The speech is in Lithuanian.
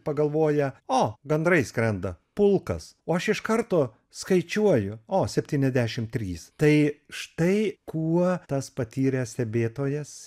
pagalvoja o gandrai skrenda pulkas o aš iš karto skaičiuoju o septyniasdešim trys tai štai kuo tas patyręs stebėtojas